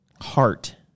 heart